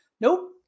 Nope